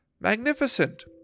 Magnificent